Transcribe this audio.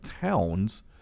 towns